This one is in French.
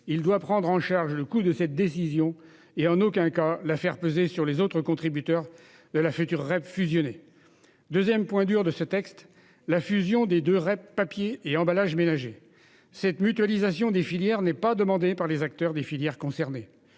Il doit prendre en charge le coût de cette décision et, en aucun cas, ne doit la faire peser sur les autres contributeurs de la future REP fusionnée. Deuxième point dur de ce texte : la fusion des deux REP papier et emballages ménagers. Cette mutualisation des filières n'est pas demandée par les acteurs concernés.